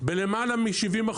למעלה מ-70%.